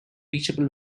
reachable